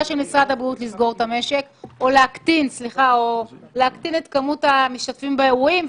של משרד הבריאות להקטין את כמות המשתתפים באירועים,